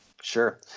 Sure